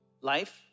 Life